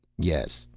yes,